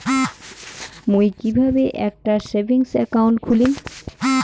মুই কিভাবে একটা সেভিংস অ্যাকাউন্ট খুলিম?